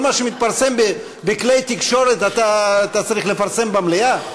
כל מה שמתפרסם בכלי תקשורת אתה צריך לפרסם במליאה?